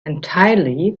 entirely